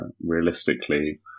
realistically